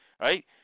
Right